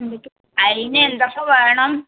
അതിന് എന്തൊക്കെ വേണം